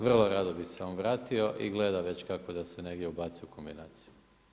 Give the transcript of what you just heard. Vrlo rado bi se on vratio i gleda već kako da se negdje ubaci u kombinaciju.